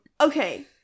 Okay